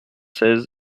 seize